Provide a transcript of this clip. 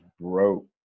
broke